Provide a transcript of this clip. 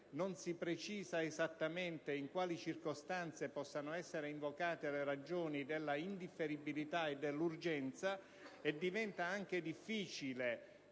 non si precisa esattamente in quali circostanze possano essere invocate le ragioni dell'indifferibilità e dell'urgenza e diventa anche difficile